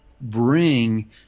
bring